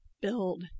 build